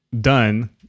done